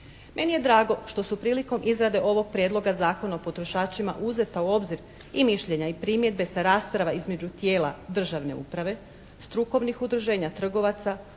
Meni je drago što su prilikom izrade ovog Prijedloga zakona o potrošačima uzeta u obzir i mišljenja i primjedbe sa rasprava između tijela državne uprave, strukovnih udruženja trgovaca,